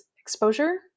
exposure